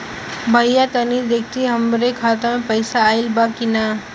भईया तनि देखती हमरे खाता मे पैसा आईल बा की ना?